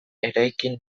eraikin